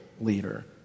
leader